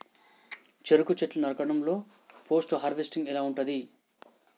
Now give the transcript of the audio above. చెరుకు చెట్లు నరకడం లో పోస్ట్ హార్వెస్టింగ్ ఎలా ఉంటది?